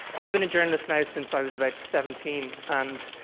i've been a journalist now since i was about seventeen, and